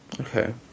Okay